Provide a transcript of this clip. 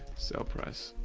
sale price.